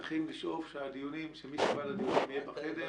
צריך לשאוף שמי שמשתתף בדיון יהיה בחדר,